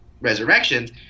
Resurrections